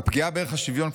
"הפגיעה בערך השוויון,